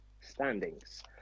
standings